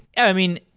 i mean,